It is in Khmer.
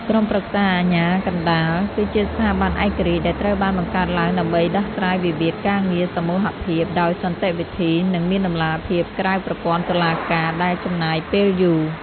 ក្រុមប្រឹក្សាអាជ្ញាកណ្តាល គឺជាស្ថាប័នឯករាជ្យដែលត្រូវបានបង្កើតឡើងដើម្បីដោះស្រាយវិវាទការងារសមូហភាពដោយសន្តិវិធី និងមានតម្លាភាពក្រៅប្រព័ន្ធតុលាការដែលចំណាយពេលយូរ។